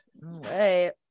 right